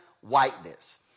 whiteness